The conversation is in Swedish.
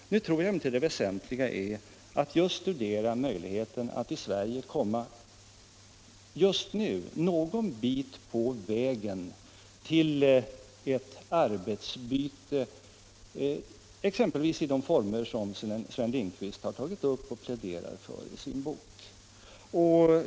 Nu tror jag emellertid det väsentliga är att studera möjligheten att i Sverige just nu komma någon bit på vägen till ett arbetsbyte, exempelvis i de former som Sven Lindqvist har tagit upp och pläderat för i sin bok.